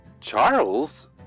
Charles